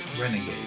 Renegade